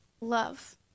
love